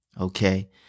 okay